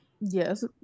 Yes